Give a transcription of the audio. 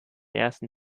ersten